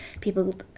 People